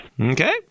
Okay